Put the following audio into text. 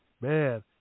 man